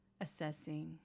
assessing